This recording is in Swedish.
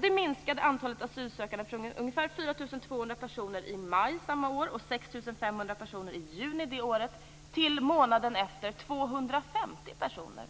Det minskade antalet asylsökande från ungefär 4 200 personer i maj samma år och 6 500 personer i juni detta år till 250 personer månaden efter.